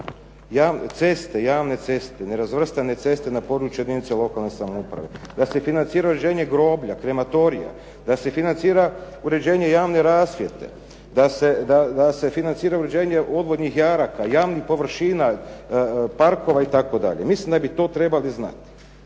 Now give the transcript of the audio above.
se financiraju ceste, javne ceste, nerazvrstane ceste na području jedinica lokalne samouprave, da se financira uređenje groblja, krematorija, da se financira uređenje javne rasvjete, da se financira uređenje odvodnih jaraka, javnih površina, parkova itd. Mislim da bi to trebali znati.